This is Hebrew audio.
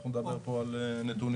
אנחנו נדבר פה על נתונים,